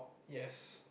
yes